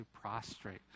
prostrate